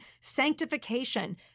Sanctification